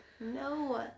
No